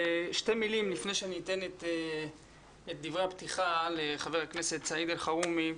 בשתי מילים לפני שאני אתן את דברי הפתיחה לחבר הכנסת סעיד אלחרומי.